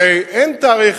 הרי אין תאריך.